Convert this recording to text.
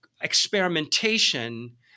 experimentation